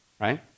right